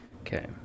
Okay